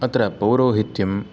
अत्र पौरोहित्यं